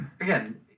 again